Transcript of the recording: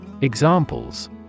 Examples